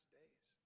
days